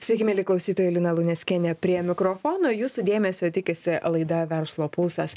sveiki mieli klausytojai lina luneckienė prie mikrofono jūsų dėmesio tikisi laida verslo pulsas